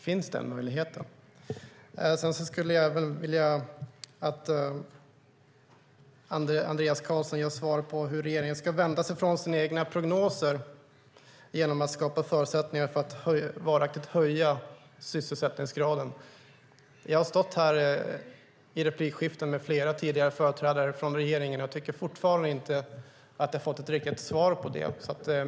Finns den möjligheten? Jag skulle även vilja att Andreas Carlson ger svar på hur regeringen ska vända sig från sina egna prognoser genom att skapa förutsättningar för att varaktigt höja sysselsättningsgraden. Jag har stått här i replikskiften med flera tidigare företrädare för regeringen, men jag tycker fortfarande inte att jag har fått något riktigt svar på det.